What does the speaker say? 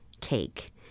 cake